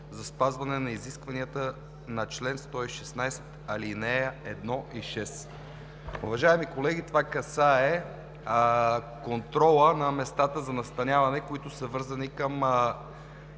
за спазване изискванията на чл. 116, ал. 1 и 6.“ Уважаеми колеги, това касае контрола на местата за настаняване, които са вързани към